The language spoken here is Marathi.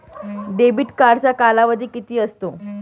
डेबिट कार्डचा कालावधी किती असतो?